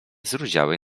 zrudziałej